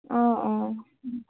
অঁ অঁ